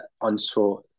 onshore